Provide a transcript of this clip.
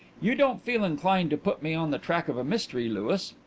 you don't feel inclined to put me on the track of a mystery, louis?